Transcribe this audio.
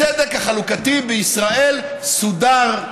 הצדק החלוקתי בישראל סודר,